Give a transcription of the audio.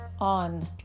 on